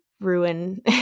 ruin